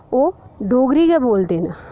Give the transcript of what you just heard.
ओह् डोगरी गै बोलदे न